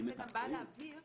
הסעיף הזה בא להבהיר